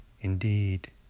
indeed